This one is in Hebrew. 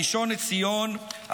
הראשון לציון,